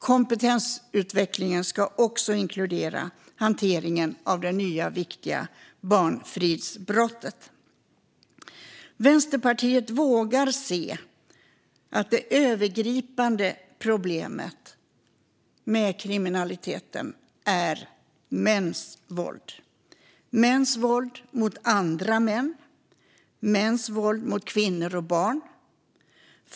Kompetensutvecklingen ska också inkludera hanteringen av det nya och viktiga barnfridsbrottet. Vänsterpartiet vågar se att det övergripande problemet med kriminaliteten är mäns våld mot andra män samt mäns våld mot kvinnor och barn.